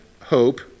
hope